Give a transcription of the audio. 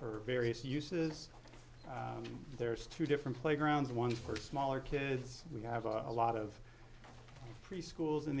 for various uses there's two different playgrounds one for smaller kids we have a lot of preschools in